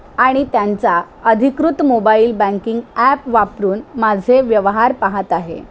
आणि त्यांचा अधिकृत मोबाईल बँकिंग ॲप वापरून माझे व्यवहार पाहात आहे